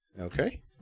Okay